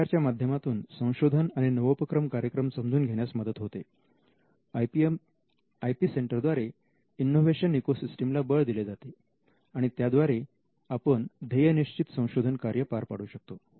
I P R च्या माध्यमातून संशोधन आणि नवोपक्रम कार्यक्रम समजून घेण्यास मदत होते आय पी सेंटरद्वारे इनोव्हेशन इकोसिस्टीम ला बळ दिले जाते आणि त्याद्वारे आपण ध्येयनिश्चित संशोधन कार्य पार पाडू शकतो